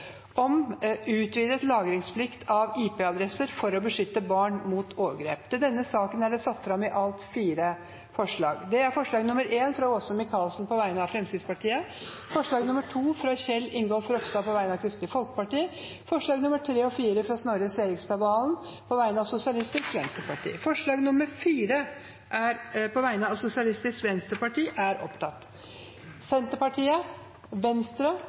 om taxinæringen.» Sosialistisk Venstreparti og Miljøpartiet De Grønne har varslet støtte til forslaget. Under debatten er det satt fram i alt fire forslag. Det er forslag nr. 1, fra Åse Michaelsen på vegne av Fremskrittspartiet forslag nr. 2, fra Kjell Ingolf Ropstad på vegne av Kristelig Folkeparti forslagene nr. 3 og 4, fra Snorre Serigstad Valen på vegne av Sosialistisk Venstreparti Det voteres over forslag nr. 4, fra Sosialistisk Venstreparti.